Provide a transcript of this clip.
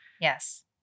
Yes